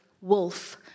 wolf